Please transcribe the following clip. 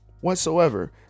whatsoever